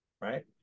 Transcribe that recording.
Right